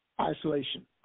isolation